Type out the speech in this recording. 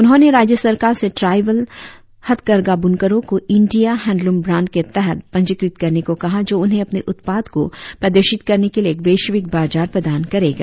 उन्होंने राज्य सरकार से ट्राईवल हथकरघा बुनकरों को ईंडिया हेंडलूम ब्रांड के तहत पंजीकृत करने को कहा जो उन्हें अपने उत्पाद को प्रदर्शित करने के लिए एक वैश्विक बाजार प्रदान करेगा